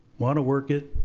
want to work it,